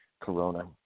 corona